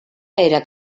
era